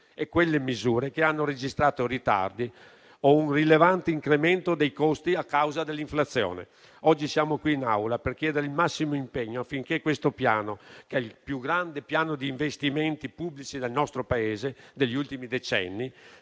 su quelle misure che hanno registrato ritardi o un rilevante incremento dei costi a causa dell'inflazione. Oggi siamo qui in Aula per chiedere il massimo impegno affinché questo piano, che è il più grande piano di investimenti pubblici del nostro Paese degli ultimi decenni,